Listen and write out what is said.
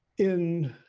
in,